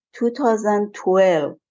2012